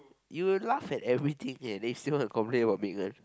you laugh at everything eh then you still want to complain about Megan